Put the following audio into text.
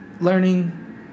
learning